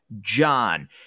John